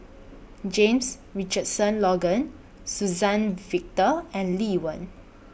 James Richardson Logan Suzann Victor and Lee Wen